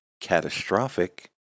catastrophic